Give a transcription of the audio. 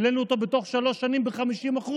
העלינו אותו בתוך שלוש שנים ב-50%,